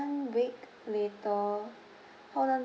one week with uh hold on